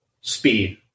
speed